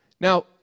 Now